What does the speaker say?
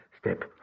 step